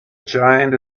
giant